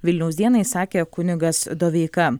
vilniaus dienai sakė kunigas doveika